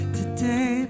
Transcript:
Today